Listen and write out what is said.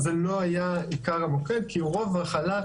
זה לא היה עיקר המוקד כי רוב החל"ת,